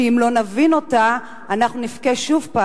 שאם לא נבין אותה אנחנו נבכה שוב,